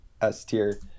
S-tier